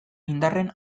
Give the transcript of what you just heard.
indarren